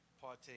partake